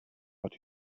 but